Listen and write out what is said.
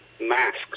masks